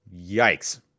Yikes